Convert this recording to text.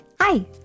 Hi